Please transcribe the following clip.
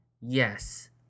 Yes